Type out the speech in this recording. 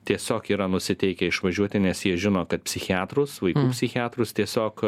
tiesiog yra nusiteikę išvažiuoti nes jie žino kad psichiatrus vaikų psichiatrus tiesiog